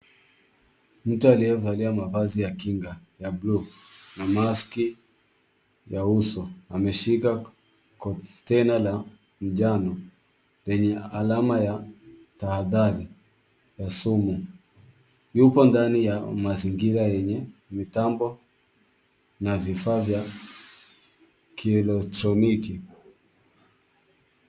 Mtu aliyevalia mavazi ya kinga ya bluu na maski ya uso, ameshika container la njano, lenye alama ya tahadhari ya sumu, yupo ndani ya mazingira yenye mitambo na vifaa vya kielektroniki.